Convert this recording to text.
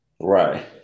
Right